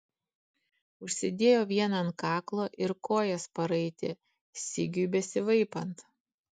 užsidėjo vieną ant kaklo ir kojas paraitė sigiui besivaipant